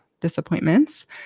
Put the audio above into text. disappointments